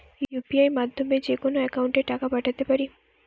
UPI মাধ্যমে যেকোনো একাউন্টে টাকা পাঠাতে পারি?